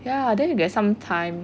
ya then if there's some time